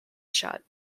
shut